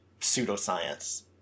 pseudoscience